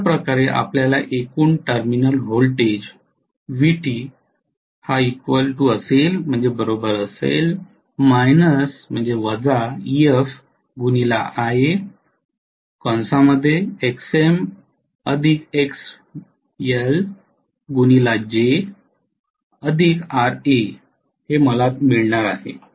अशा प्रकारे आपल्याला एकूण terminal voltage Vt −Ef Ia Xm Xl jRa मिळते